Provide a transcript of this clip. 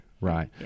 right